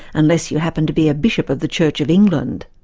unless you happen to be a bishop of the church of england.